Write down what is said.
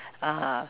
err